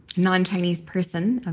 non chinese person,